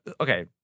okay